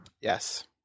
Yes